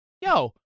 yo